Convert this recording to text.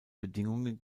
bedingungen